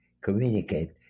communicate